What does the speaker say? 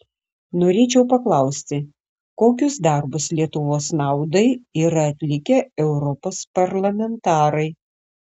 norėčiau paklausti kokius darbus lietuvos naudai yra atlikę europos parlamentarai